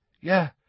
Yeah